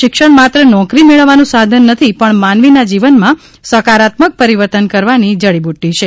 શિક્ષણ માત્ર નોકરી મેળવવાનું સાધન નથી પણ માનવીના જીવનમાં સકારાત્મક પરિવર્તન કરવાની જડીબુટી છે